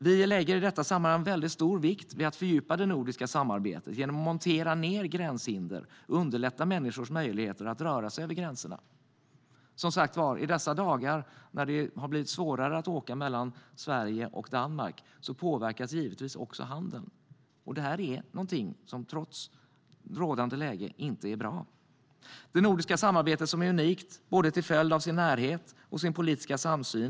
Vi lägger i detta sammanhang väldigt stor vikt vid att fördjupa det nordiska samarbetet genom att montera ned gränshinder och underlätta människors möjligheter att röra sig över gränserna. I dessa dagar när det har blivit svårare att åka mellan Sverige och Danmark påverkas givetvis också handeln. Det är någonting som trots rådande läge inte är bra. Det nordiska samarbetet är unikt till följd av både sin närhet och sin politiska samsyn.